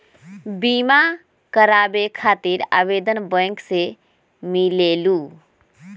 बिमा कराबे खातीर आवेदन बैंक से मिलेलु?